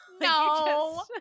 No